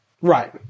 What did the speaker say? right